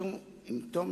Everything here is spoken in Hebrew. ועם תום